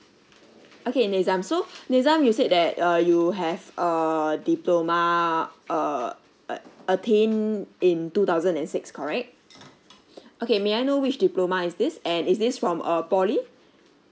okay nizam so nizam you said that uh you have err diploma uh uh attend in two thousand and six correct okay may I know which diploma is this and is this from uh poly